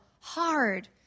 hard